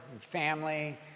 family